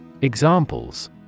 Examples